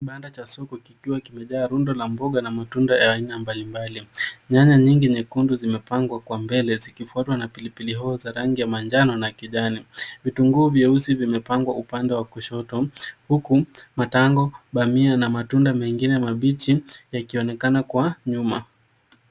Kibanda cha soko kikiwa kimejaa rundo la mboga na matunda ya aina mbalimbali. Nyanya nyingi nyekundu zimepangwa kwa mbele, zikifuatwa na pilipili hoho za rangi ya manjano na kijani. Vitunguu vyeusi vimepangwa upande wa kushoto huku matango, dania na matunda mengine mabichi yakionekana kwa nyuma.